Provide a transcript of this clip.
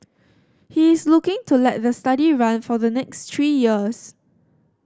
he is looking to let the study run for the next three years